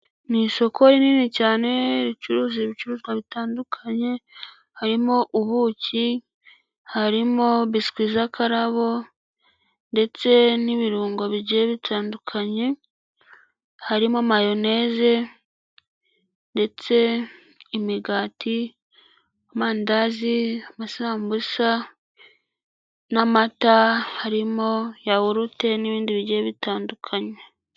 Ni isoko rinini cyane ricuruza ibicuruzwa bitandukanye, harimo ubuki, harimo biswi z'akararabo ndetse n'ibirungo bigiye bitandukanye, harimo mayoneze ndetse imigati, amandazi, amasambusa n'amata, harimo yawurute n'ibindi bigiye bitandukanye.